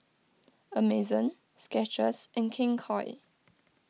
Amazon Skechers and King Koil